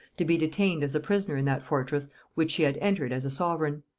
to be detained as a prisoner in that fortress which she had entered as a sovereign.